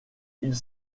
ils